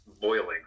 boiling